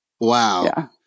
Wow